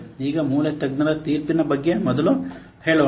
ಈಗ ಮೂಲ ತಜ್ಞರ ತೀರ್ಪಿನ ಬಗ್ಗೆ ಮೊದಲು ಹೇಳೋಣ